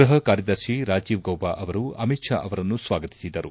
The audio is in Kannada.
ಗೃಪ ಕಾರ್ಯದರ್ಶಿ ರಾಜೀವ್ ಗೌಬ ಅವರು ಅಮಿತ್ ಷಾ ಅವರನ್ನು ಸ್ವಾಗತಿಸಿದರು